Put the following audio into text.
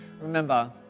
Remember